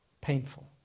painful